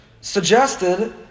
suggested